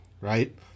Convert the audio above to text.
right